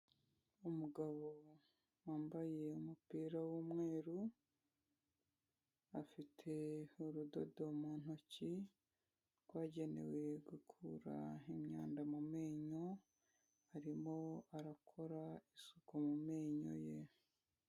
Umugabo wambaye umupira w'umweru, afite urudodo mu ntoki, rwagenewe gukura imyanda mu menyo, arimo arakora isuku mu menyo ye.